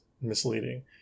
misleading